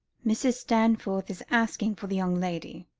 mrs. stanforth is asking for the young lady,